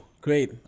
great